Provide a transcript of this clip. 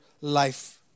life